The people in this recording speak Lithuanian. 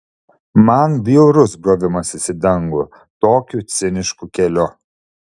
man bjaurus brovimasis į dangų tokiu cinišku keliu